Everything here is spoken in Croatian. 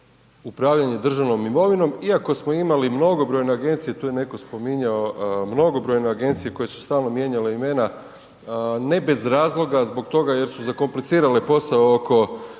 upravljanje državnom imovinom iako smo imali mnogobrojne agencije, tu je netko spominjao mnogobrojne agencije koje su stalno mijenjale imena ne bez razloga zbog toga jer su zakomplicirale posao oko